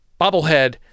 bobblehead